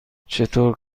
چطور